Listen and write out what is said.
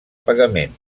pagament